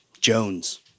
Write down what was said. Jones